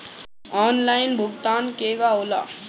Online भुगतान केगा होला?